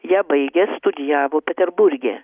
ją baigęs studijavo peterburge